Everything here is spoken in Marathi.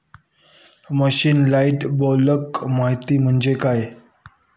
मूरिश लाइट ब्लॅक माती म्हणजे काय?